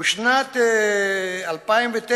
ובשנת 2009,